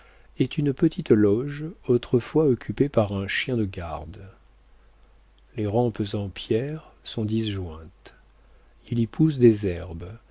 est une petite loge autrefois occupée par un chien de garde les rampes en pierre sont disjointes il y pousse des herbes